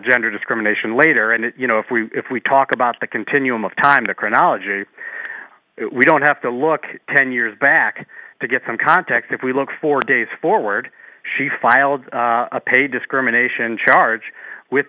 gender discrimination later and you know if we if we talk about the continuum of time the chronology we don't have to look ten years back to get some context if we look for days forward she filed a pay discrimination charge with